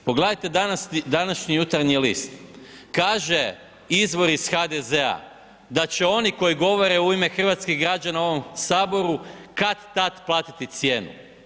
Pogledajte današnji Jutarnji list, kaže izvor iz HDZ-a da će oni koji govore u ime hrvatskih građana u ovom saboru kad-tad platiti cijenu.